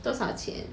多少钱